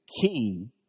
key